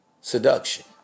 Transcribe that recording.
seduction